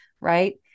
right